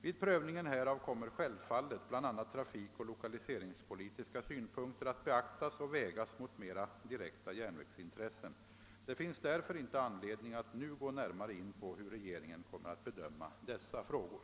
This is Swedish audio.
Vid prövningen härav kommer självfallet bl.a. trafikoch lokaliseringspolitiska synpunkter att beaktas och vägas mot mera direkta järnvägsintressen. Det finns därför inte anledning att nu gå närmare in på hur regeringen kommer att bedöma dessa frågor.